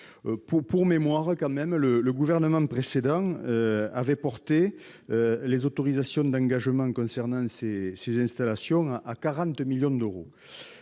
Pour mémoire, le gouvernement précédent avait porté les autorisations d'engagement concernant ces installations à 40 millions d'euros.